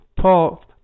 Paul